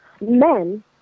men